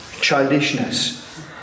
childishness